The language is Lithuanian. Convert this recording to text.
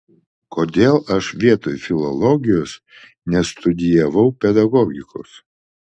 kodėl aš vietoj filologijos nestudijavau pedagogikos